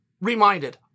reminded